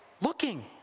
looking